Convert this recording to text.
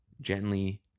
gently